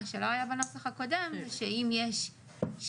מה שלא היה בנוסח הקודם זה שאם יש שלט,